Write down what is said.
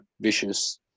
vicious